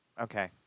Okay